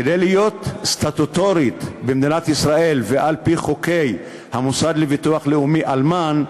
כדי להיות סטטוטורית במדינת ישראל ועל-פי חוקי המוסד לביטוח לאומי אלמן,